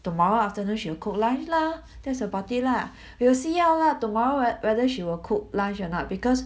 tomorrow afternoon she will cook lunch lah that's about it lah we will see how lah tomorrow at whether she will cook lunch or not because